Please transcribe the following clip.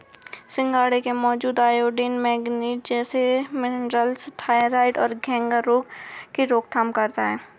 सिंघाड़े में मौजूद आयोडीन, मैग्नीज जैसे मिनरल्स थायरॉइड और घेंघा रोग की रोकथाम करता है